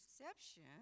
perception